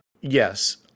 yes